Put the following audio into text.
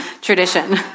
tradition